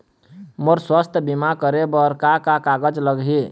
मोर स्वस्थ बीमा करे बर का का कागज लगही?